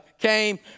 came